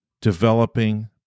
developing